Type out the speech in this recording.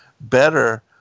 better